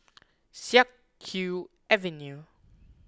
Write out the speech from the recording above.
Siak Kew Avenue